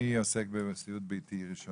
מי עוסק ראשון בנושא הסיעוד הביתי?